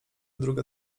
druga